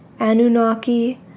Anunnaki